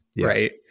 right